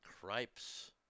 Cripes